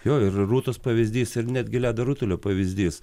jo ir rūtos pavyzdys ir netgi ledo rutulio pavyzdys